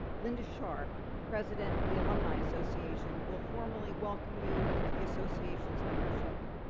linda sharpe, president of the alumni association will formally welcome you into the association's membership.